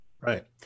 Right